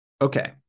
Okay